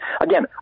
Again